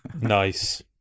Nice